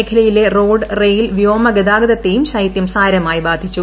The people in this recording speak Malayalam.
മേഖലയിലെ റോഡ് റെയിൽ വ്യോമ ഗതാഗത്തെയും ശൈത്യം സാരമായി ബാനിച്ചു